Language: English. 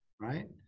right